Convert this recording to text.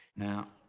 now,